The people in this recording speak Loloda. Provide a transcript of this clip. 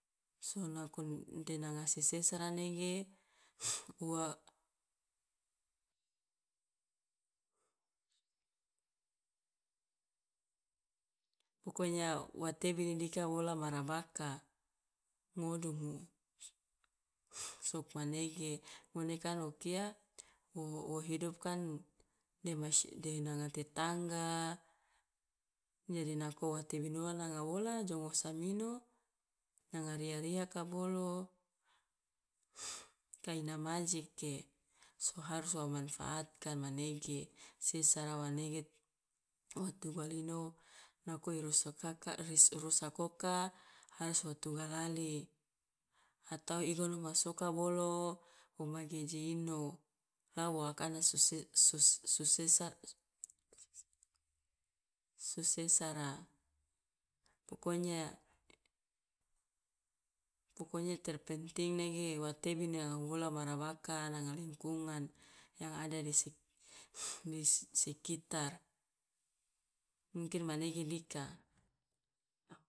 So nako de nanga sesera nege ua, pokonya wa tebini dika wola ma rabaka, ngodumu, sokmanege, ngone kan o kia wo wo hidup kan de masy de nanga tetangga, jadi nako wa tebin ua nanga wola jo ngosamino nanga ria- riaka bolo ka ina majeke, so harus wa manfaatkan manege, sesara wa nege o tugal ino nako i rusakaka ris- rusak oka harus wo tugalali atau igono masoka bolo o ma geje ino la wo akana suse sus- susesar susesara, pokonya pokonya terpenting nege wa tebini na wola ma rabaka, nanga lingkungan, yang ada disekit disekitar, mungkin manege dika.